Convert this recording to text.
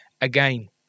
again